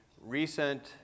recent